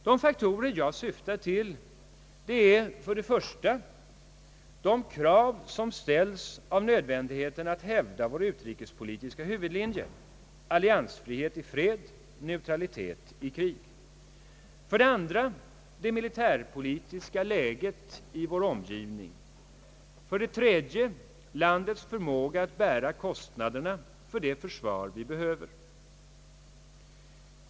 De faktorer jag syftar till är — för det första de krav, som ställs på nödvändigheten av att hävda vår utrikespolitiska huvudlinje — alliansfrihet 1 fred, neutralitet i krig — för det andra det militärpolitiska läget i vår omgivning och — för det tredje landets förmåga att bära kostnaderna för det försvar vi behöver.